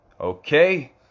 Okay